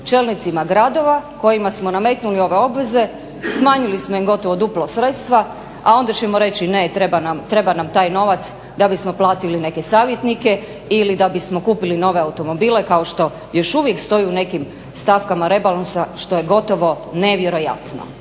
čelnicima gradova kojima smo nametnuli ove obveze, smanjili smo im gotovo duplo sredstva a onda ćemo reći ne, treba nam taj novac, da bismo platili neke savjetnike ili da bismo kupili nove automobile kao što još uvijek stoji u nekim stavkama rebalansa što je gotovo nevjerojatno.